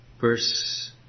verse